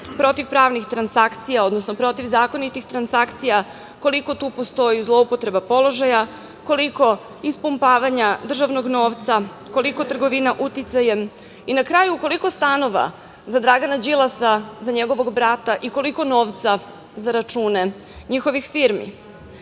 protivpravnih transakcija, odnosno protivzakonitih transakcija, koliko tu postoji zloupotreba položaja, koliko ispumpavanja državnog novca, koliko trgovina uticajem i na kraju koliko stanova za Dragana Đilasa, za njegovog brata i koliko novca za račune njihovih